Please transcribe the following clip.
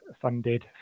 funded